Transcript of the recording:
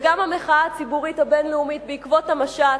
וגם המחאה הציבורית הבין-לאומית בעקבות המשט,